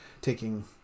taking